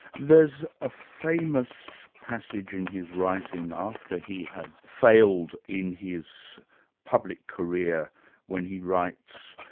there's a famous passage in his writing after he had failed in his public career when he writes,